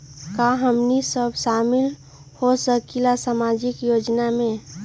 का हमनी साब शामिल होसकीला सामाजिक योजना मे?